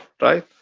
right